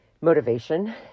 motivation